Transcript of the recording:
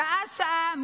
שעה-שעה,